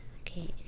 okay